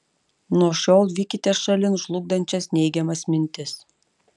nuo šiol vykite šalin žlugdančias neigiamas mintis